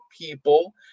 people